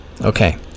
Okay